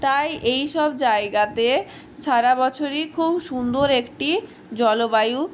তাই এইসব জায়গাতে সারা বছরই খুব সুন্দর একটি জলবায়ু